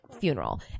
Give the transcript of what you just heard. funeral